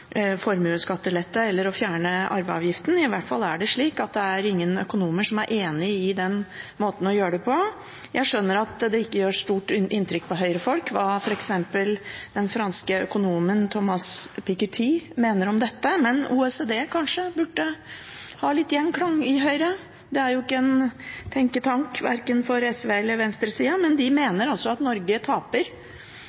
formuesskattelette eller å fjerne arveavgiften. I hvert fall er det slik at det er ingen økonomer som er enig i den måten å gjøre det på. Jeg skjønner at det ikke gjør stort inntrykk på Høyre-folk hva f.eks. den franske økonomen Thomas Piketty mener om dette, men OECD burde kanskje ha litt gjenklang i Høyre. Det er ikke en tenketank verken for SV eller venstresida. De